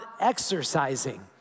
exercising